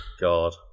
God